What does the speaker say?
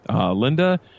Linda